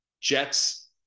Jets